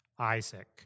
Isaac